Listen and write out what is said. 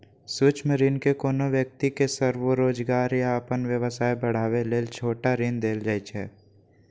सूक्ष्म ऋण मे कोनो व्यक्ति कें स्वरोजगार या अपन व्यवसाय बढ़ाबै लेल छोट ऋण देल जाइ छै